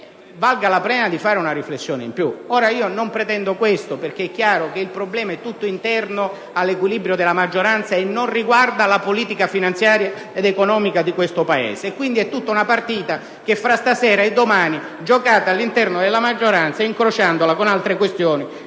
con più figli, monoreddito e così via. Ora, non pretendo questo, perché è chiaro che il problema è tutto interno all'equilibrio della maggioranza e non riguarda la politica finanziaria ed economica di questo Paese; quindi, è tutta una partita che fra stasera e domani giocate all'interno della maggioranza, incrociandola con altre questioni